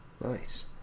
Nice